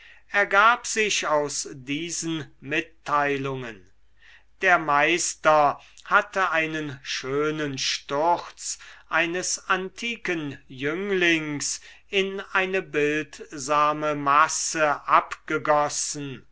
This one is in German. ergab sich aus diesen mitteilungen der meister hatte einen schönen sturz eines antiken jünglings in eine bildsame masse abgegossen